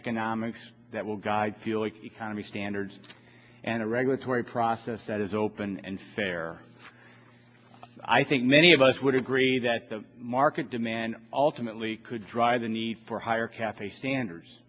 economics that will guide feel like economy standards and a regulatory process that is open and fair i think many of us would agree that the market demand ultimately could drive the need for higher cafe standards